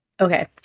Okay